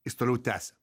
jis toliau tęsia